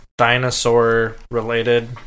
dinosaur-related